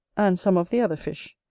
and some of the other fish,